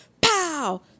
Pow